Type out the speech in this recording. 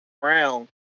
Brown